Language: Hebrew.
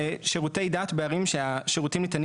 וזה שירותי דת בערים שהשירותים ניתנים